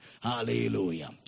hallelujah